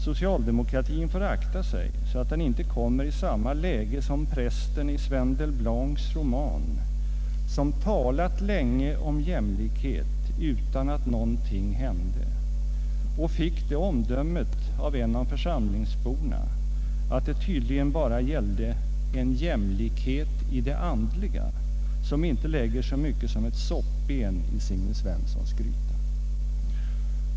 Socialdemokratin får akta sig så att den inte kommer i samma läge som prästen i Sven Delblancs roman, som talat länge om jämlikhet utan att någonting hände och fick det omdömet av en av församlingsborna att det tydligen bara gällde ”en jämlikhet i det andliga, som inte lägger så mycket som ett soppben i Signe Svenssons gryta ———”.